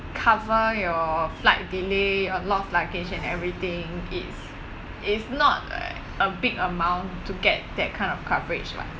cover your flight delay a lot of luggage and everything it's it's not a big amount to get that kind of coverage [what]